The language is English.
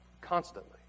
constantly